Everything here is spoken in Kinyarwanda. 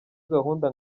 gahunda